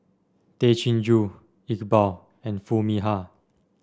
Tay Chin Joo Iqbal and Foo Mee Har